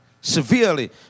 severely